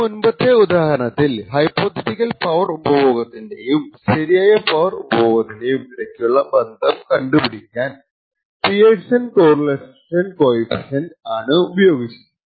നമ്മൾ മുൻപത്തെ ഉദാഹരണത്തിൽ ഹൈപോതെറ്റിക്കൽ പവർ ഉപഭോഗത്തിന്റെയും ശരിയായ പവർ ഉപഭോഗത്തിനും ഇടക്കുള്ള ബന്ധം കണ്ടുപിടിക്കാൻ പിയർസൺ കോറിലേഷൻ കോഫിഷ്യന്റ് ആണ് ഉപയോഗിച്ചത്